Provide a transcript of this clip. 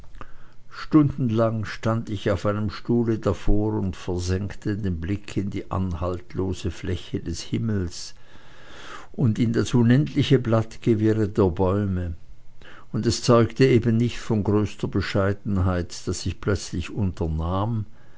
stundenlang stand ich auf einem stuhle davor und versenkte den blick in die an haltlose fläche des himmels und in das unendliche blattgewirre der bäume und es zeugte eben nicht von größter bescheidenheit daß ich plötzlich unternahm